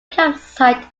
campsite